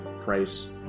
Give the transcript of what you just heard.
price